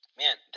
man